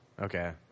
Okay